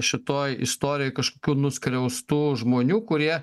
šitoj istorijoj kažkokių nuskriaustų žmonių kurie